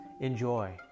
Enjoy